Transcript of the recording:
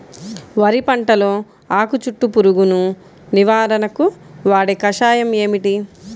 వరి పంటలో ఆకు చుట్టూ పురుగును నివారణకు వాడే కషాయం ఏమిటి?